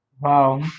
Wow